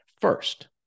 first